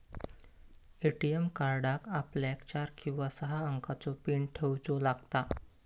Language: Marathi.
ए.टी.एम कार्डाक आपल्याक चार किंवा सहा अंकाचो पीन ठेऊचो लागता